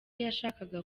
yashakaga